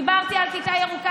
דיברתי על כיתה ירוקה,